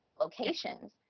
locations